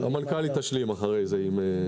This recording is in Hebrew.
המנכ"לית תשלים אחרי זה.